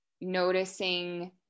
noticing